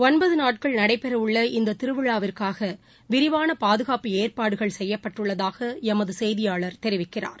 ஒன்பது நாட்கள் நடைபெற உள்ள இந்த திருவிழாவிற்காக விரிவான பாதுகாப்பு ஏற்பாடுகள் செய்யப்பட்டுள்ளதாக எமது செய்தியாளர் தெரிவிக்கிறார்